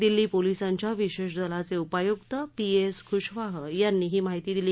दिल्ली पोलिसांच्या विशेष दलाचे उपायुक्त पी एस खुशवाह यांनी ही माहिती दिली